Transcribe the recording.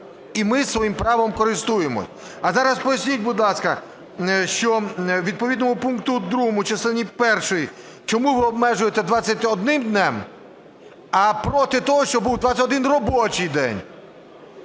І ми своїм правом користуємось. А зараз поясніть, будь ласка, що відповідно пункту 2 частини першої, чому ви обмежуєте 21 днем, а проти того, щоб був 21 робочий день?